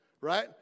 Right